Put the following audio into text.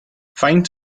faint